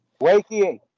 Wakey